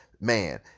Man